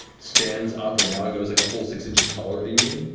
stands up, and now goes like a full six inches taller than you,